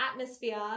atmosphere